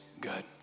good